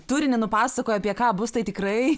turinį nupasakojo apie ką bus tai tikrai